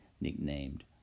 nicknamed